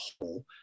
whole